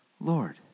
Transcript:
Lord